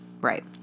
right